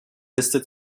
liste